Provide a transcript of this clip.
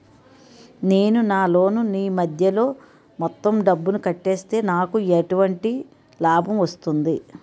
నేను నా లోన్ నీ మధ్యలో మొత్తం డబ్బును కట్టేస్తే నాకు ఎటువంటి లాభం వస్తుంది?